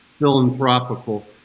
philanthropical